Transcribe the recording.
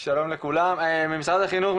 שלום לכולם ממשרד החינוך,